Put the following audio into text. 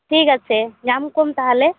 ᱴᱷᱤᱠ ᱟᱪᱷᱮ ᱧᱟᱢᱠᱚᱢ ᱛᱟᱦᱚᱞᱮ